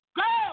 go